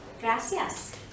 Gracias